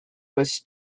was